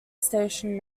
station